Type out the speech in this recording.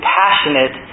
passionate